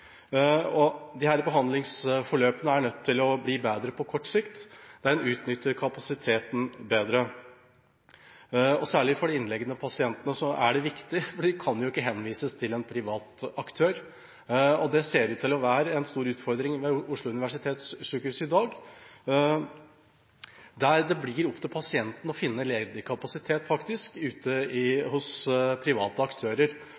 behandlingsforløpene er nødt til å bli bedre på kort sikt, der en utnytter kapasiteten bedre. Særlig for de innlagte pasientene er det viktig, for de kan jo ikke henvises til en privat aktør. Det ser ut til å være en stor utfordring ved Oslo universitetssykehus i dag, der det faktisk er opp til pasienten å finne ledig kapasitet ute blant private aktører.